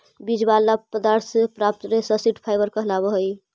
बीज वाला पदार्थ से प्राप्त रेशा सीड फाइबर कहलावऽ हई